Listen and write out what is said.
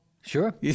Sure